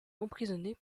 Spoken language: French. emprisonné